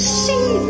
see